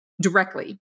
directly